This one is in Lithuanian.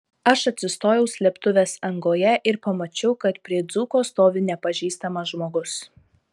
aš atsistojau slėptuvės angoje ir pamačiau kad prie dzūko stovi nepažįstamas žmogus